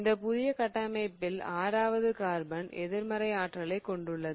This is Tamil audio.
இந்த புதிய கட்டமைப்பில் ஆறாவது கார்பன் எதிர்மறை ஆற்றலைக் கொண்டுள்ளது